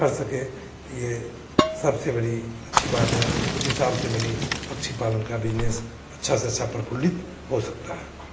कर सकें ये सबसे बड़ी अच्छी बात है उस हिसाब से मेरी पक्षी पालन का बिजनेस अच्छा से अच्छा प्रफुल्लित हो सकता है